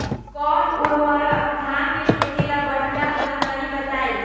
कौन उर्वरक धान के खेती ला बढ़िया होला तनी बताई?